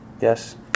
Yes